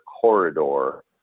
Corridor